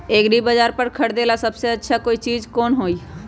एग्रिबाजार पर से खरीदे ला सबसे अच्छा चीज कोन हई?